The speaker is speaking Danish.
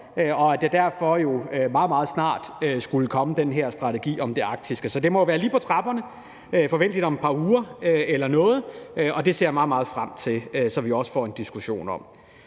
og at der derfor meget, meget snart skulle komme den her strategi om det arktiske. Så det må være lige på trapperne, forventeligt om et par uger eller noget, og det ser jeg meget, meget frem til, så vi også får en diskussion om